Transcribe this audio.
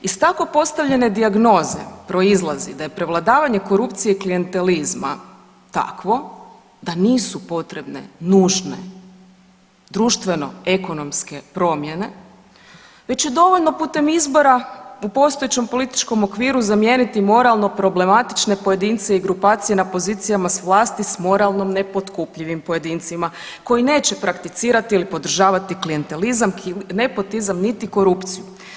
Iz tako postavljanje dijagnoze proizlazi da je prevladavanje korupcije i klijentelizma takvo da nisu potrebne nužne društveno ekonomske promjene već je dovoljno putem izbora u postojećem političkom okviru zamijeniti moralno problematične pojedince i grupacije na pozicijama s vlasti s moralno nepotkupljivim pojedincima koji neće prakticirati ili podržavati klijentelizam, nepotizam niti korupciju.